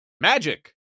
Magic